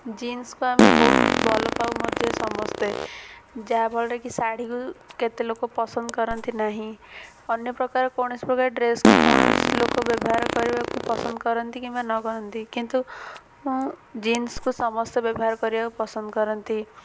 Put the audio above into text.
ଜିନ୍ସକୁ ଆମେ ବହୁତ ଭଲ ପାଉ ମଧ୍ୟ ସମସ୍ତେ ଯାହାଫଳରେ କି ଶାଢ଼ୀକୁ କେତେ ଲୋକ ପସନ୍ଦ କରନ୍ତି ନାହିଁ ଅନ୍ୟ ପ୍ରକାର କୌଣସି ପ୍ରକାର ଡ୍ରେସ୍କୁ କୌଣସି ଲୋକ ବ୍ୟବହାର କରିବାକୁ ପସନ୍ଦ କରନ୍ତି କିମ୍ବା ନ କରନ୍ତି କିନ୍ତୁ ଜିନ୍ସକୁ ସମସ୍ତେ ବ୍ୟବହାର କରିବାକୁ ପସନ୍ଦ କରନ୍ତି